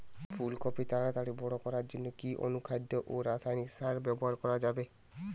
ফুল কপি তাড়াতাড়ি বড় করার জন্য কি অনুখাদ্য ও রাসায়নিক সার ব্যবহার করা যাবে?